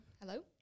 Hello